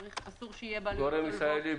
צריך שיהיה בעל ידע וניסיון.